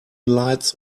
lights